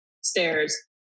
stairs